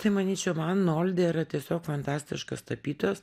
tai manyčiau man noldė yra tiesiog fantastiškas tapytojas